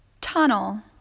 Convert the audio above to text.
tunnel